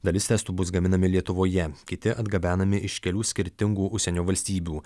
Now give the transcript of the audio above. dalis testų bus gaminami lietuvoje kiti atgabenami iš kelių skirtingų užsienio valstybių